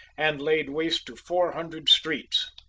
and laid waste four hundred streets.